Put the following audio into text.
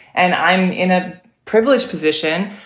and i'm in a privileged position.